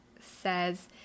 says